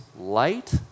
light